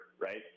right